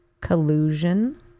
Collusion